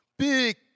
Big